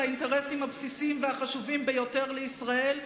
האינטרסים הבסיסיים והחשובים ביותר לישראל,